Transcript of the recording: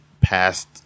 past